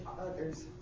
others